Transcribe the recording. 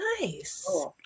nice